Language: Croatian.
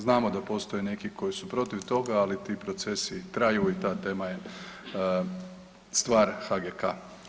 Znamo da postoje neki koji su protiv toga, ali ti procesi traju i ta tema je stvar HGK.